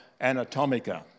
Anatomica